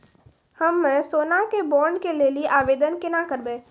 हम्मे सोना के बॉन्ड के लेली आवेदन केना करबै?